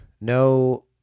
no